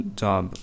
job